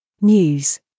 News